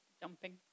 jumping